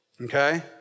Okay